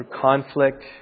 conflict